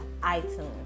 iTunes